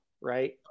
Right